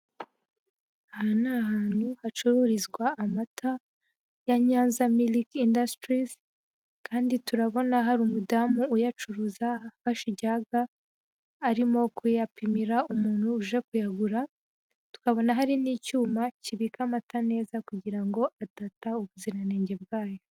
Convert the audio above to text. Aha ni ahantu hacururizwa amata ya Nyanza milk industries, kandi turabona hari umudamu uyacuruza, ufashe ijage, arimo kuyapimira umuntu uje kuyagura, tukabona hari n'icyuma kibika amata neza, kugira ngo adata ubuziranenge bwayo.